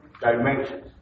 dimensions